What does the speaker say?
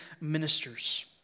ministers